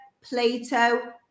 Plato